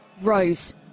Rose